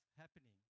happening